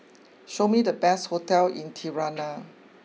show me the best Hotel in Tirana